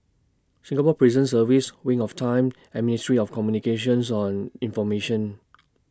Singapore Prison Service Wings of Time and Ministry of Communications on Information